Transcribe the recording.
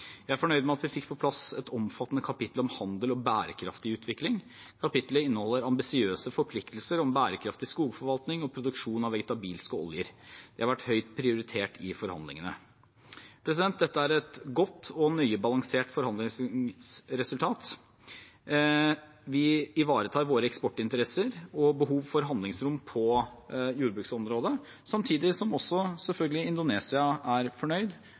Jeg er fornøyd med at vi fikk på plass et omfattende kapittel om handel og bærekraftig utvikling. Kapitlet inneholder ambisiøse forpliktelser om bærekraftig skogforvaltning og produksjon av vegetabilske oljer. Dette har vært høyt prioritert i forhandlingene. Dette er et godt og nøye balansert forhandlingsresultat. Vi ivaretar våre eksportinteresser og vårt behov for handlingsrom på jordbruksområdet, samtidig som også selvfølgelig Indonesia er fornøyd